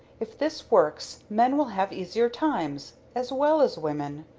if this works, men will have easier times, as well as women.